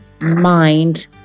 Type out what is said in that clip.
mind